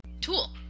tool